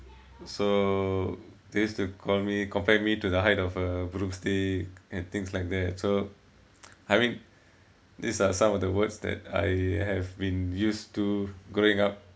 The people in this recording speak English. so they used to call me compare me to the height of a broom stick and things like that so I mean these are some of the words that I have been used to growing up